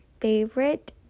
favorite